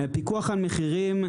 הפיקוח על מחירים,